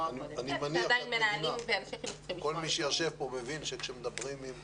כל מי שיושב כאן מבין שכאשר מדברים עם